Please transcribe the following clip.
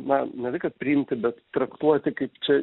na ne tai kad priimti bet traktuoti kaip čia